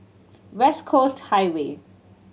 West Coast Highway